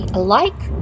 alike